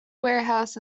warehouse